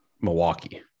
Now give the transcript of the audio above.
Milwaukee